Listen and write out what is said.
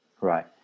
Right